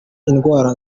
indwara